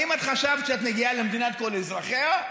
האם חשבת שאת מגיעה למדינת כל אזרחיה?